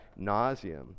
nauseum